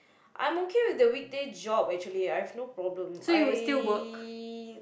I'm okay with the weekday job actually I have no problem I